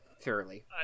thoroughly